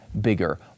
bigger